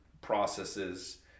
processes